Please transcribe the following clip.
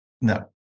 No